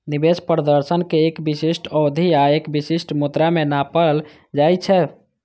निवेश प्रदर्शन कें एक विशिष्ट अवधि आ एक विशिष्ट मुद्रा मे नापल जाइ छै